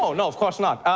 no, no, of course not.